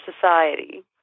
society